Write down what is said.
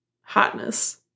hotness